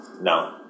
No